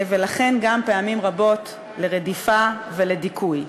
ולכן גם פעמים רבות לרדיפה ולדיכוי.